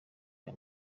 aya